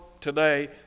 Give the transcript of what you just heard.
today